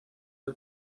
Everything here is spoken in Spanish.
del